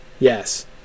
Yes